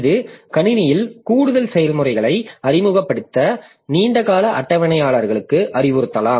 இது கணினியில் கூடுதல் செயல்முறைகளை அறிமுகப்படுத்த நீண்ட கால அட்டவணையாளருக்கு அறிவுறுத்தலாம்